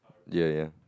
ya ya